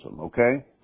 okay